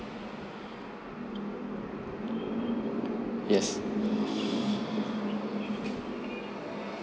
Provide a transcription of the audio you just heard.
yes